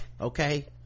Okay